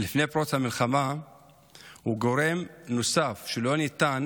לפני פרוץ המלחמה הוא גורם נוסף שלא ניתן